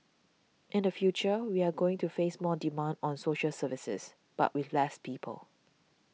in the future we are going to face more demand on social services but with less people